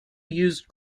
used